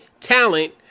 talent